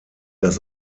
das